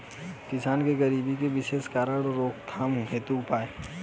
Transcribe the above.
किसान के गरीबी के विशेष कारण रोकथाम हेतु उपाय?